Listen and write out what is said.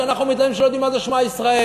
שאנחנו מתלוננים שלא יודעים מה זה "שמע ישראל",